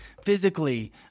physically